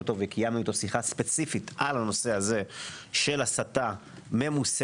אותו וקיימנו איתו שיחה ספציפית על הנושא הזה של הסתה ממוסדת,